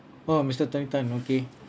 or mister tony tan okay